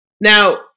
Now